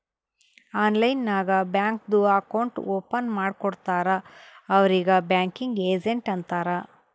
online ನಾಗ್ ಬ್ಯಾಂಕ್ದು account open ಮಾಡ್ಕೊಡ್ತಾರ್ ಅವ್ರಿಗ್ ಬ್ಯಾಂಕಿಂಗ್ ಏಜೆಂಟ್ ಅಂತಾರ್